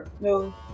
No